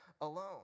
alone